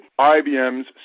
IBM's